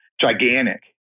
gigantic